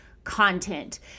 content